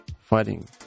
fighting